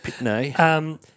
No